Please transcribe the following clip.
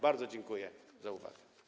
Bardzo dziękuję za uwagę.